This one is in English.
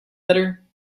better